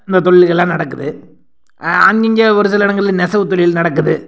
இந்த தொழில்கள்லாம் நடக்குது அங்கிங்க ஒரு சில இடங்களில் நெசவு தொழில் நடக்குது